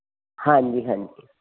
ਹਾਂਜੀ ਹਾਂਜੀ